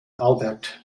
albert